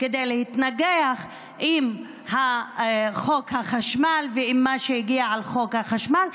כדי להתנגח עם חוק החשמל ועם מה שהגיע על חוק החשמל.